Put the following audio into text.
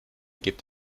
gibt